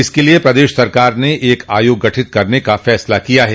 इसके लिए प्रदेश सरकार ने एक आयोग गठित करने का निर्णय लिया है